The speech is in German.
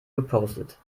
gepostet